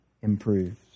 improves